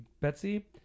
Betsy